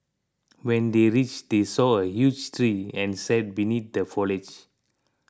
when they reached they saw a huge tree and sat beneath the foliage